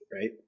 right